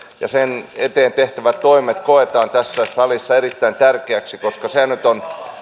ja sen eteen tehtävät toimet koetaan tässä salissa erittäin tärkeäksi koska se nyt on